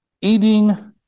eating